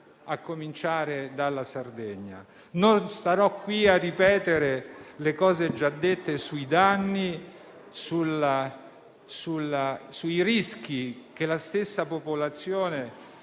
a cominciare dalla Sardegna. Non starò qui a ripetere le cose già dette sui danni, sui rischi che la stessa popolazione